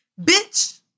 Bitch